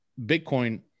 Bitcoin